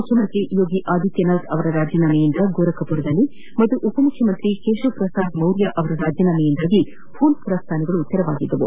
ಮುಖ್ಯಮಂತ್ರಿ ಯೋಗಿ ಆದಿತ್ಯನಾಥ್ ಅವರ ರಾಜೀನಾಮೆಯಿಂದ ಗೋರಖ್ಪುರದಲ್ಲಿ ಹಾಗೂ ಉಪಮುಖ್ಯಮಂತ್ರಿ ಕೇಶವ್ ಪ್ರಸಾದ್ ಮೌರ್ಯ ಅವರ ರಾಜೀನಾಮೆಯಿಂದಾಗಿ ಫೂಲ್ಪುರ ಸ್ಥಾನಗಳು ತೆರವಾಗಿದ್ದವು